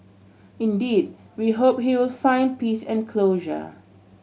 indeed we hope he will find peace and closure